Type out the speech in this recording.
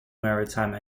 maritime